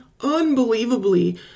unbelievably